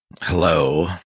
Hello